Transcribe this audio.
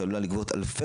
שעלולה לגבות אלפי